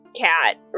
cat